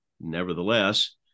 nevertheless